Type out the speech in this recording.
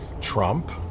Trump